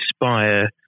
inspire